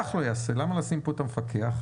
למה לשים כאן את המפקח?